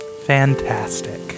Fantastic